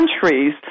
countries